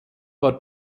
war